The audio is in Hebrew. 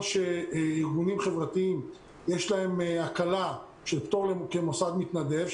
שלארגונים חברתיים יש הקלה של פטור כמוסד מתנדב,